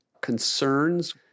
concerns